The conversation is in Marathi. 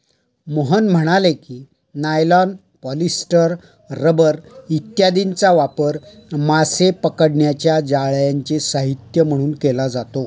मोहन म्हणाले की, नायलॉन, पॉलिस्टर, रबर इत्यादींचा वापर मासे पकडण्याच्या जाळ्यांचे साहित्य म्हणून केला जातो